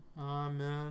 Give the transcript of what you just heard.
Amen